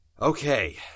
Okay